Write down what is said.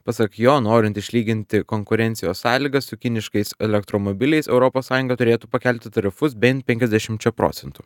pasak jo norint išlyginti konkurencijos sąlygas su kiniškais elektromobiliais europos sąjunga turėtų pakelti tarifus bent penkiasdešimčia procentų